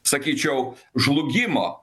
sakyčiau žlugimo